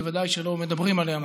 בוודאי שלא מדברים עליה מספיק,